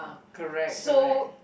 correct correct